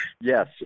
yes